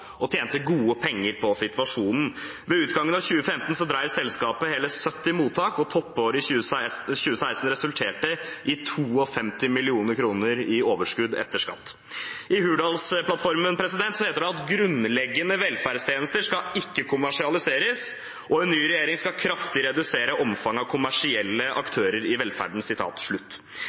og tjente gode penger på situasjonen. Ved utgangen av 2015 drev selskapet hele 70 mottak, og toppåret 2016 resulterte i 52 mill. kr i overskudd etter skatt. I Hurdalsplattformen heter det: «Grunnleggende velferdstjenester skal ikke kommersialiseres, og en ny regjering skal kraftig redusere omfanget av kommersielle aktører i velferden.» Jeg er sikker på at statsråden kjenner til dette. Jeg synes det er et godt sitat,